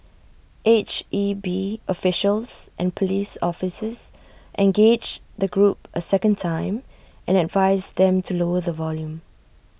H E B officials and Police officers engaged the group A second time and advised them to lower the volume